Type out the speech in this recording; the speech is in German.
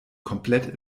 komplett